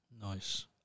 nice